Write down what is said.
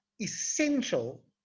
essential